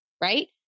Right